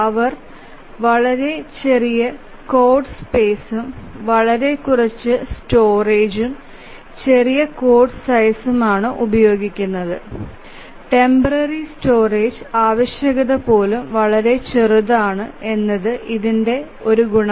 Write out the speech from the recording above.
അവർ വളരെ ചെറിയ കോഡ് സ്പേസും വളരെ കുറച്ച് സ്റ്റോറേജഉം ചെറിയ കോഡ് സൈസ് ആണ് ടെംപററി സ്റ്റോറേജ് ആവശ്യകത പോലും വളരെ ചെറുതാണ് എന്നതാണ് ഇതിന്റെ ഗുണം